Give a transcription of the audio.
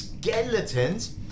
Skeletons